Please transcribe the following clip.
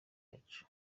yacu